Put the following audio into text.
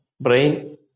brain